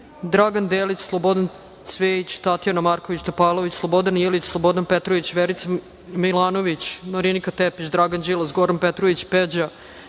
Dragan Delić, Slobodan Cvejić, Tatjana Marković Topalović, Slobodan Ilić, Slobodan Petrović, Verica Milanović, Marinika Tepić, Dragan Đilas, Goran Petrović, Peđa